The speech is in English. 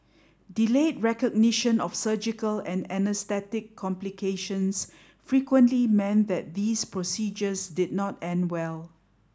delayed recognition of surgical and anaesthetic complications frequently meant that these procedures did not end well